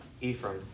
Ephraim